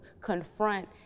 confront